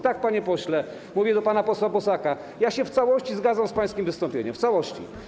Tak, panie pośle - mówię do pana posła Bosaka - ja się w całości zgadzam z pańskim wystąpieniem, w całości.